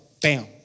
Bam